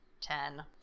ten